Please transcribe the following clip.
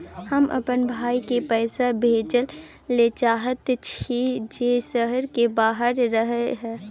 हम अपन भाई के पैसा भेजय ले चाहय छियै जे शहर से बाहर रहय हय